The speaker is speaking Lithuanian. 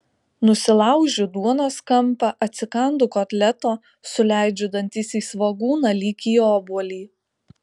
nusilaužiu duonos kampą atsikandu kotleto suleidžiu dantis į svogūną lyg į obuolį